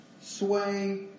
sway